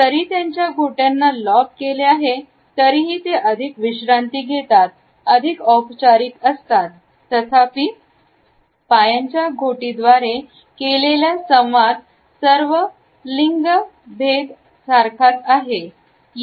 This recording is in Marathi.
जरी त्यांच्या घोट्यांना लॉक केले आहे तरीही ते अधिक विश्रांती घेतात अधिक औपचारिक असतात तथापि पायांच्या घोटी द्वारे केलेल्या संवाद सर्व लिंग लिंगभेदत सारखाच असतो